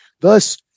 Thus